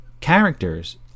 characters